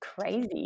crazy